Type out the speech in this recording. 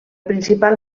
principal